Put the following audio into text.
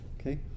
okay